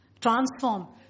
transform